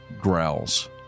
growls